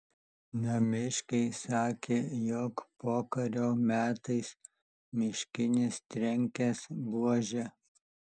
namiškiai sakė jog pokario metais miškinis trenkęs buože